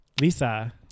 Lisa